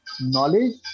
knowledge